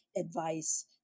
advice